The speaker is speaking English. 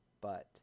But